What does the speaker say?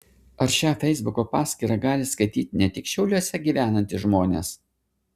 ar šią feisbuko paskyrą gali skaityti ne tik šiauliuose gyvenantys žmonės